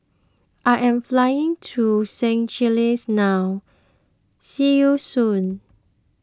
I am flying to Seychelles now See you soon